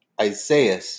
Isaiah